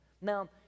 Now